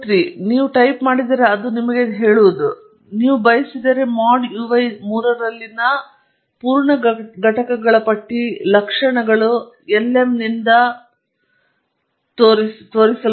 ನೀವು ಟೈಪ್ ಮಾಡಿದರೆ ಅದು ನಿಮಗೆ ಕೊಡುವುದು ಆದರೆ ನೀವು ಬಯಸಿದರೆ mod uy 3 ರಲ್ಲಿನ ಪೂರ್ಣ ಘಟಕಗಳ ಪಟ್ಟಿ ಲಕ್ಷಣಗಳು ಎಲ್ಎಮ್ ನಿಂದ ಹಿಂತಿರುಗಿಸಲ್ಪಟ್ಟಿರುವ ಈ ಪ್ರತಿಯೊಂದು ಮಾದರಿಗಳಲ್ಲಿರುವ ಇತರ ಎಲ್ಲಾ ವಿಷಯಗಳು ಯಾವುವು ಎಂದು ನಿಮಗೆ ತಿಳಿಸುತ್ತದೆ